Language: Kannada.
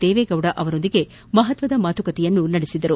ದೇವೇಗೌಡ ಅವರೊಂದಿಗೆ ಮಹತ್ವದ ಮಾತುಕತೆ ನಡೆಸಿದರು